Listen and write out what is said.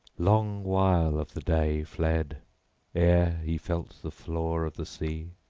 long while of the day fled ere he felt the floor of the sea.